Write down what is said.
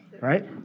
right